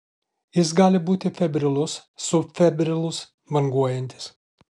jis gali būti febrilus subfebrilus banguojantis